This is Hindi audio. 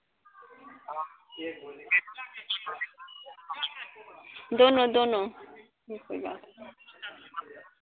दोनों दोनों